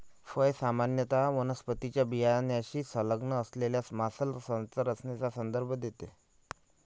फळ सामान्यत वनस्पतीच्या बियाण्याशी संलग्न असलेल्या मांसल संरचनेचा संदर्भ देते